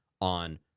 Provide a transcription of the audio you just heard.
on